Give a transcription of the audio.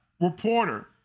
reporter